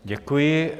Děkuji.